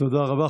תודה רבה.